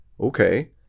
okay